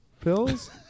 pills